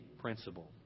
principle